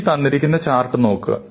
ഈ തന്നിരിക്കുന്ന ചാർട്ട് നോക്കുക